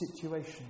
situation